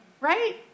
right